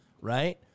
right